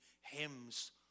hymns